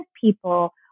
people